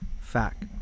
fact